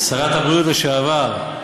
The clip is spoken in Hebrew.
שרת הבריאות לשעבר,